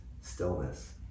stillness